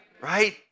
right